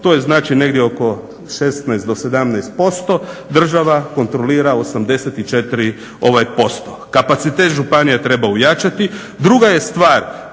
To je znači negdje oko 16 do 17%, država kontrolira 84% Kapacitet županija treba ojačati, druga je stvar